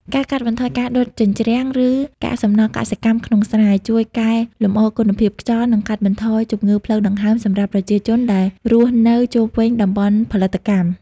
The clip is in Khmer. ការកាត់បន្ថយការដុតជញ្ជ្រាំង ឬកាកសំណល់កសិកម្មក្នុងស្រែ ជួយកែលម្អគុណភាពខ្យល់ និងកាត់បន្ថយជំងឺផ្លូវដង្ហើមសម្រាប់ប្រជាជនដែលរស់នៅជុំវិញតំបន់ផលិតកម្ម។